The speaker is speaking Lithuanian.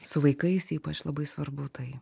su vaikais ypač labai svarbu tai